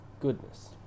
Goodness